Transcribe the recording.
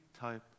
type